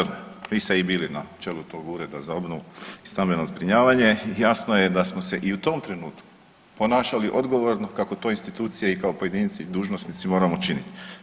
Kolega Mažar, vi ste i bili na čelu tog ureda za obnovu i stambeno zbrinjavanje, jasno je da smo se i u tom trenutku ponašali odgovorno kako to institucije i kao pojedinci dužnosnici moramo činiti.